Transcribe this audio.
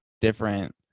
different